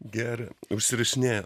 gerai užsirašinėju